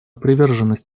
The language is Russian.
приверженность